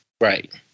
Right